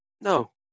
No